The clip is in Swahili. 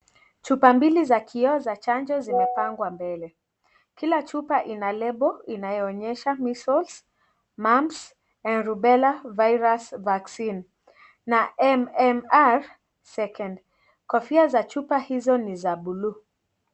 Chupa mbili za kioo za chanjo zimepangwa mbele, kila chupa zina label inayoonyesha, Measles, Mumps, na Rubella virus vaccine na MMR 2nd, kofia za chupa hizo ni za bulu.